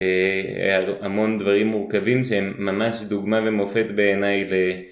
אהה המון דברים מורכבים שהם ממש דוגמה ומופת בעיניי ל...